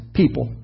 people